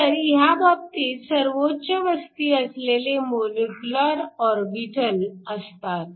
तर ह्या बाबतीत सर्वोच्च वस्ती असलेले मोलेक्युलर ऑरबिटल असतात